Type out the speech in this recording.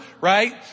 right